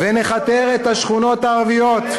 ונכתר את השכונות הערביות.